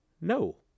No